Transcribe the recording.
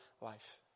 life